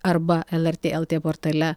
arba lrt lt portale